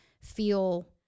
feel